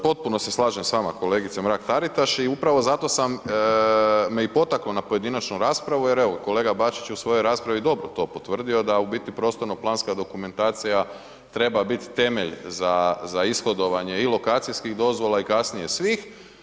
Potpuno se slažem s vama kolegice Mrak TAritaš i upravo zato me i potaklo na pojedinačnu raspravu jer evo kolega Bačić je u svojoj raspravi dobro to potvrdio da u biti prostorno planska dokumentacija treba biti temelj za ishodovanje i lokacijskih dozvola i kasnije svih.